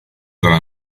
dalla